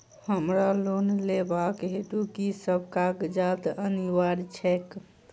हमरा लोन लेबाक हेतु की सब कागजात अनिवार्य छैक?